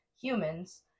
humans